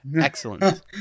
excellent